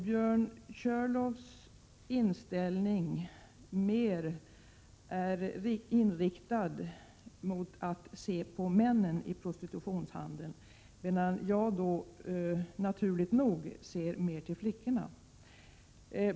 Björn Körlofs inställning är mer inriktad på männen i prostitutionshan deln, medan jag, naturligt nog, ser mer till flickorna.